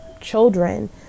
children